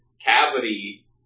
cavity